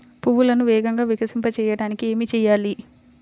పువ్వులను వేగంగా వికసింపచేయటానికి ఏమి చేయాలి?